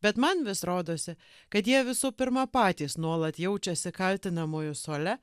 bet man vis rodosi kad jie visų pirma patys nuolat jaučiasi kaltinamųjų suole